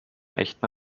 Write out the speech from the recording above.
echten